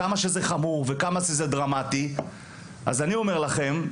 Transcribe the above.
כמה שזה חמור וכמה שזה דרמטי אז אני אומר לכם,